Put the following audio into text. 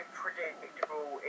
predictable